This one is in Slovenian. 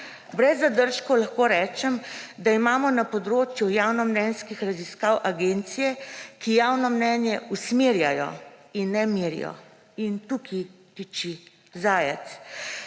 Brez zadržkov lahko rečem, da imamo na področju javnomnenjskih raziskav agencije, ki javno mnenje usmerjajo in ne merijo – tukaj tiči zajec.